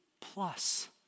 plus